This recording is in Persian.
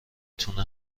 تونه